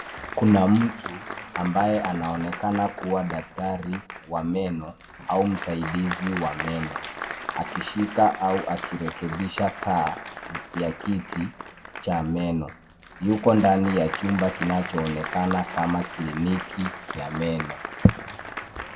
Kuna mtu, ambaye anaonekana kuwa daktari, wa meno, au msaidizi wa meno, akishika, au akirekebisha taa, ya kiti, cha meno, yuko ndani ya chumba kinachoonekana kama kliniki, ya meno.